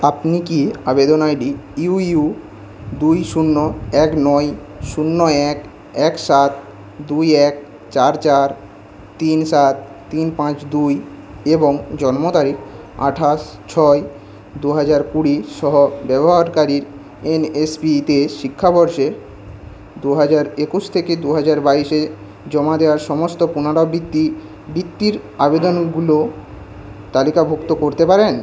আপনি কি আবেদন আইডি ইউ ইউ দুই শূন্য এক নয় শূন্য এক এক সাত দুই এক চার চার তিন সাত তিন পাঁচ দুই এবং জন্ম তারিখ আঠাশ ছয় দু হাজার কুড়ি সহ ব্যবহারকারীর এনএসপিতে শিক্ষাবর্ষ দু হাজার একুশ থেকে দু হাজার বাইশে জমা দেওয়া সমস্ত পুনরাবৃত্তি বৃত্তির আবেদনগুলো তালিকাভুক্ত করতে পারেন